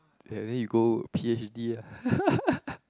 th~ then you go p_h_d lah